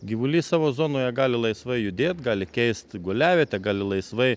gyvulys savo zonoje gali laisvai judėt gali keisti guliavietę gali laisvai